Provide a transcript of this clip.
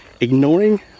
ignoring